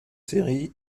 séries